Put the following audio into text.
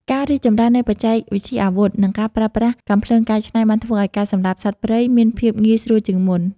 ការរីកចម្រើននៃបច្ចេកវិទ្យាអាវុធ និងការប្រើប្រាស់កាំភ្លើងកែច្នៃបានធ្វើឱ្យការសម្លាប់សត្វព្រៃមានភាពងាយស្រួលជាងមុន។